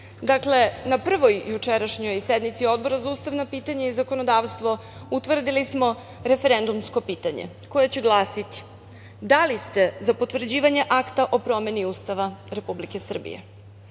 ne. Dakle, na prvoj jučerašnjoj sednici Odbora za ustavna pitanja i zakonodavstvo utvrdili smo referendumsko pitanje koje će glasiti – da li ste za potvrđivanje Akta o promeni ustava Republike Srbije?U